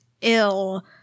ill